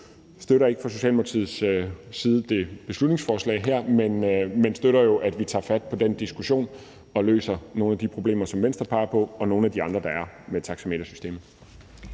Vi støtter ikke fra Socialdemokratiets side det her beslutningsforslag, men støtter jo, at vi tager fat på den diskussion og løser nogle af de problemer, som Venstre peger på, og nogle af de andre, der er med taxametersystemet.